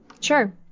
Sure